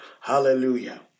Hallelujah